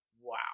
wow